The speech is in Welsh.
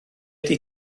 ydy